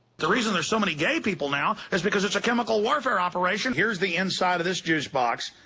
the reason there's so many gay people now is because it's a chemical warfare operation! here's the inside of this juice box,